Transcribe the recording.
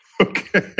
Okay